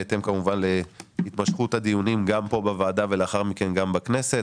בהתאם כמובן להתמשכות הדיונים גם פה בוועדה ולאחר מכן גם בכנסת.